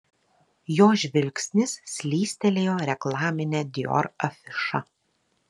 jo žvilgsnis slystelėjo reklamine dior afiša